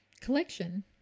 collection